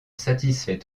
satisfait